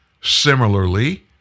Similarly